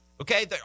Okay